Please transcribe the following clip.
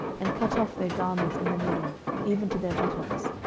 and cut off their garments in the middle, even to their buttocks,